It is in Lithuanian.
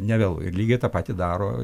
nevėlu ir lygiai tą patį daro